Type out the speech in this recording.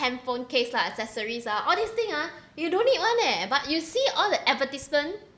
handphone case lah accessories lah all these thing ah you don't need [one] leh but you see all the advertisement